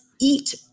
eat